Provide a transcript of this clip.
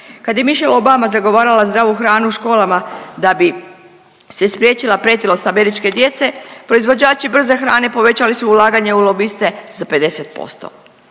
Kad je Michelle Obama zagovarala zdravu hranu u školama da bi se spriječila pretilost američke djece proizvođači brze hrane povećali su ulaganja u lobiste za 50%.